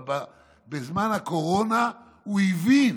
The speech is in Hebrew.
אבל בזמן הקורונה הוא הבין